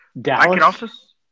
Dallas